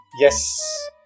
Yes